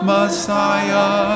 Messiah